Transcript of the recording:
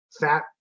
fat